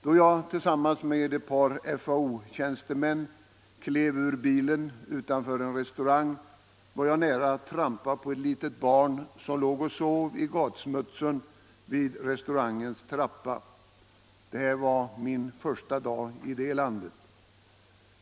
Då jag tillsammans med ett par FAO-tjänstemän steg ur bilen utanför en restaurang var jag nära att trampa på ett litet barn som låg och sov i gatsmutsen vid restaurangens trappa. Det var min första dag i det landet.